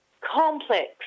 complex